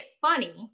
funny